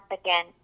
again